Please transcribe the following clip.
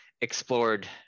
explored